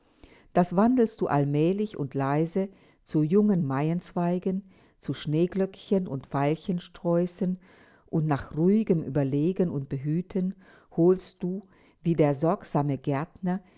das wandelst du allmählich und leise zu jungen maienzweigen zu schneeglöckchen und veilchensträußen und nach ruhigem ueberlegen und behüten holst du wie der sorgsame gärtner